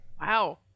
Wow